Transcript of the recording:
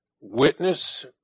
witness